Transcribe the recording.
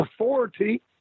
authority